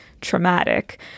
traumatic